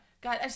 God